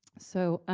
so